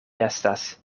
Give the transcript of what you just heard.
estas